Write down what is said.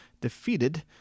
defeated